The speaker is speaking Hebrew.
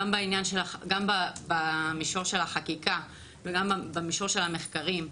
גם במישור של החקיקה וגם במישור של המחקרים,